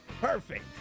perfect